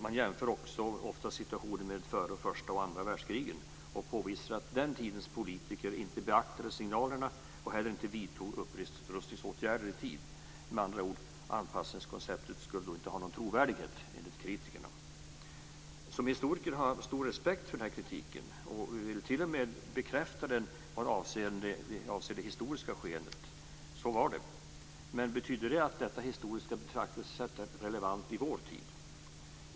Man jämför ofta med situationen före första och andra världskriget och påvisar att den tidens politiker inte beaktade signalerna och heller inte vidtog upprustningsåtgärder i tid. Med andra ord skulle anpassningskonceptet inte ha någon trovärdighet enligt kritikerna. Som historiker har jag stor respekt för den kritiken. Jag vill t.o.m. bekräfta den vad avser det historiska skeendet, så var det. Men betyder det att detta historiska betraktelsesätt är relevant i vår tid?